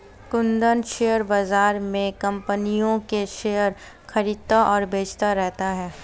Kundan share बाज़ार में कम्पनियों के शेयर खरीदता और बेचता रहता है